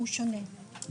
הוא שונה.